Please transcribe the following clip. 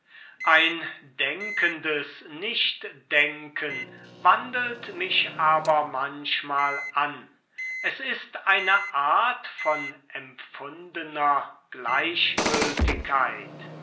ein denkendes nichtdenken wandelt mich aber manchmal an es ist eine art von empfundener gleichgültigkeit